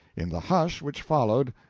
in the hush which followed,